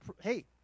hey